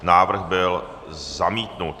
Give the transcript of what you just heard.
Návrh byl zamítnut.